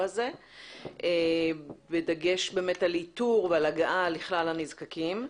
הזה בדגש על איתור והגעה לכלל הנזקקים.